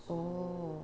oo